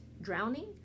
drowning